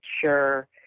sure